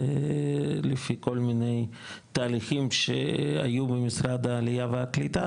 ולפי כל מיני תהליכים שהיו במשרד העליה והקליטה